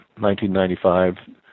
1995